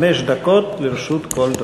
חמש דקות לרשות כל דובר.